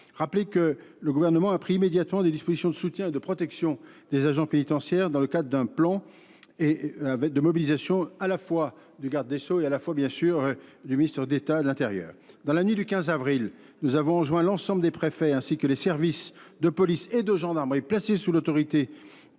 Rappelez que le gouvernement a pris immédiatement des dispositions de soutien et de protection des agents pénitentiaires dans le cadre d'un plan et de mobilisation à la fois du garde des Sceaux et à la fois bien sûr du ministre d'État de l'Intérieur. Dans la nuit du 15 avril, nous avons rejoint l'ensemble des préfets ainsi que les services de police et de gendarmerie placés sous leur autorité de renforcer